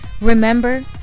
Remember